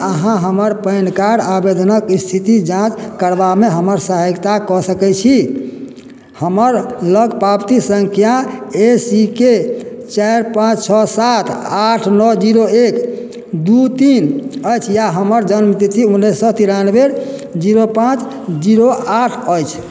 अहाँ हमर PAN card आबेदनक स्थिति जाँच करबामे हमर सहायता कऽ सकैत छी हमर लग पाबती सङ्ख्या ए सी के चारि पाँच छओ सात आठ नओ जीरो एक दू तीन अछि या हमर जन्मतिथि उन्नैस सए तिरानवे जीरो पाँच जीरो आठ अछि